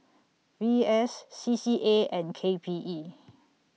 V S C C A and K P E